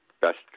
best